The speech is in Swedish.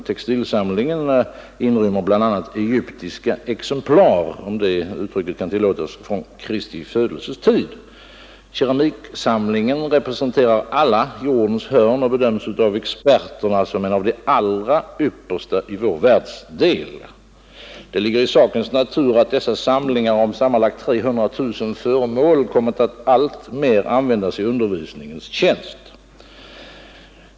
Textilsamlingen inrymmer bl.a. egyptiska exemplar — om uttrycket tillåtes — från Kristi födelses tid. Keramiksamlingen representerar alla jordens hörn och bedömes av experterna som en av de allra yppersta i vår världsdel. Det ligger i sakens natur att dessa samlingar om sammanlagt 300000 föremål kommit att alltmer användas i undervisningens tjänst.